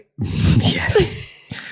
Yes